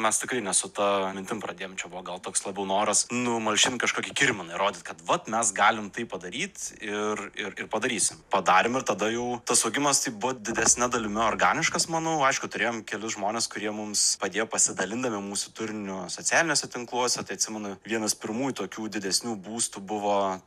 mes tikrai ne su ta mintim pradėjom čia buvo gal toks labiau noras numalšint kažkokį kirminą įrodyt kad vat mes galim tai padaryt ir ir ir padarysim padarėm ir tada jau tas augimas tai buvo didesne dalimi organiškas manau aišku turėjom kelis žmones kurie mums padėjo pasidalindami mūsų turiniu socialiniuose tinkluose tai atsimenu vienas pirmųjų tokių didesnių būstų buvo